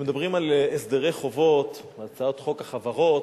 כשמדברים על הסדרי חובות בהצעת חוק החברות,